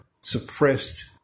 suppressed